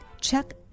Check